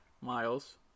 miles